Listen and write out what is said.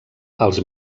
els